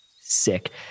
sick